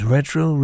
Retro